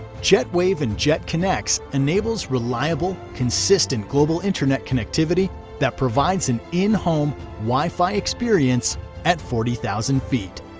jetwave and jet connex enables reliable consistent global internet connectivity that provides an in-home wi-fi experience at forty thousand feet.